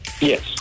Yes